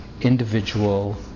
Individual